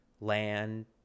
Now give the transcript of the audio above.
land